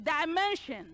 dimension